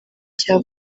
cya